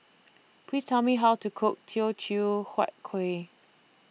Please Tell Me How to Cook Teochew Huat Kueh